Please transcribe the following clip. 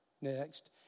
Next